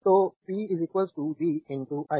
तो P v i